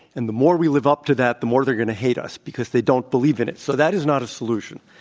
and the more we live up to that, the more they're going to hate us because they don't believe in it. so that is not a solution.